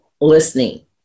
listening